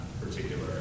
particular